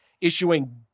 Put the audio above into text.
issuing